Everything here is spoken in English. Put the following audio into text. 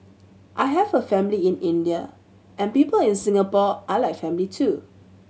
I have a family in India and people in Singapore are like family too